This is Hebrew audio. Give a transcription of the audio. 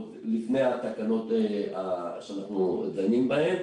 לפני התקנות שאנחנו דנים בהם,